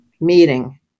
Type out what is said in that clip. meeting